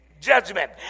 judgment